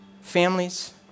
families